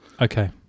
Okay